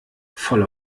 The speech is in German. voll